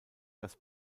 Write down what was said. das